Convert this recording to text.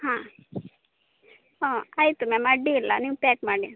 ಹಾಂ ಹಾಂ ಆಯಿತು ಮ್ಯಾಮ್ ಅಡ್ಡಿ ಇಲ್ಲ ನೀವು ಪ್ಯಾಕ್ ಮಾಡಿ